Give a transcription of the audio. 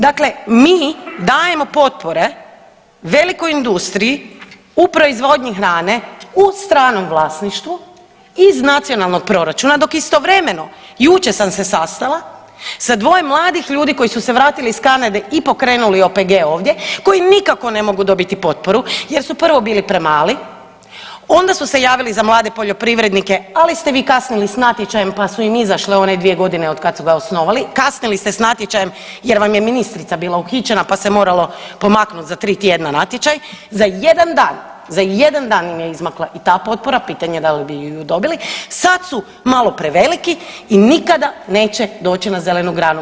Dakle, mi dajemo potpore velikoj industriji u proizvodnji hrane u stranom vlasništvu iz nacionalnog proračuna dok istovremeno, jučer sam se sastala sa dvoje mladih ljudi koji su se vratili iz Kanade i pokrenuli OPG ovdje, koji nikako ne mogu dobiti potporu jer su prvo bili premali, onda su se javili za mlade poljoprivrednike ali ste vi kasnili s natječajem pa su im izašle one 2 godine otkad su ga osnovali, kasnili ste s natječajem jer vam je ministrica bila uhićena pa se moralo pomaknut za 3 tjedna natječaj, za 1 dan, za 1 dan im je izmakla i ta potpora, pitanje da li bi ju i dobili, sad su malo preveliki i nikad neće doći na zelenu granu.